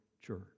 church